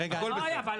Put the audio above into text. הכול בסדר.